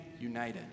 united